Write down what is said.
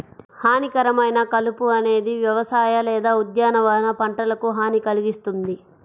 హానికరమైన కలుపు అనేది వ్యవసాయ లేదా ఉద్యానవన పంటలకు హాని కల్గిస్తుంది